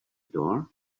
door